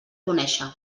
conéixer